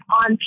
on